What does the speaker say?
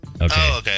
Okay